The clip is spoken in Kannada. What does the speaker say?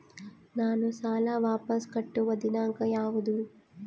ನಾನು ಸಾಲ ವಾಪಸ್ ಕಟ್ಟುವ ದಿನಾಂಕ ಯಾವುದು?